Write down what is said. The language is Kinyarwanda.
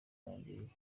wangiriye